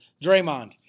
Draymond